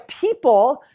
people